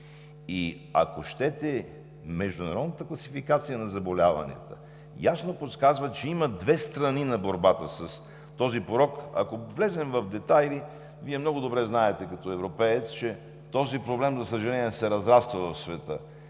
и ако щете международната класификация на заболяванията ясно показва, че има две страни на борбата с този порок. Ако влезем в детайли, а Вие много добре знаете като европеец, че този проблем, за съжаление, се разраства в света,